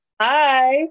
Hi